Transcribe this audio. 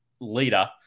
leader